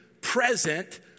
present